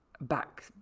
back